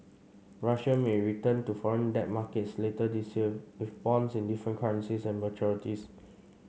Russia may return to foreign debt markets later this year with bonds in different currencies and maturities